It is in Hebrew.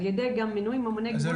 על ידי גם מינוי ממוני גיוון תעסוקתי.